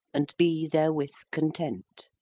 and be therewith content.